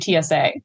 TSA